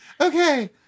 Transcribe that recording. okay